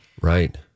Right